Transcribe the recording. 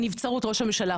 נבצרות ראש הממשלה,